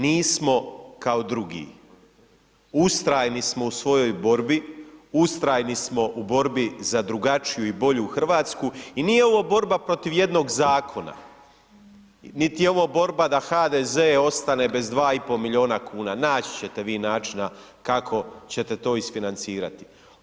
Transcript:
Nismo kao drugi, ustrajni smo u svojoj borbi, ustrajni smo u borbi za drugačiju i bolju RH i nije ovo borba protiv jednog zakona, niti je ovo borba da HDZ ostane bez 2,5 milijuna kuna naći čete vi načina kako ćete to isfinancirati.